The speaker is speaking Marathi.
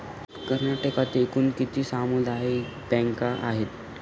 कर्नाटकात एकूण किती सामुदायिक बँका आहेत?